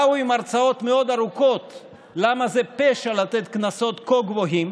הם באו עם הרצאות מאוד ארוכות למה זה פשע לתת קנסות כה גבוהים,